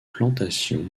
plantations